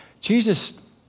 Jesus